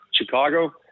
Chicago